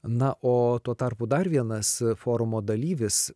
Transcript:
na o tuo tarpu dar vienas forumo dalyvis